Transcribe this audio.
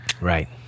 Right